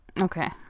Okay